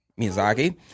Miyazaki